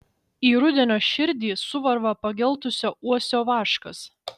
į rudenio širdį suvarva pageltusio uosio vaškas